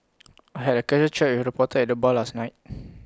I had A casual chat with A reporter at the bar last night